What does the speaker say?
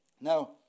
Now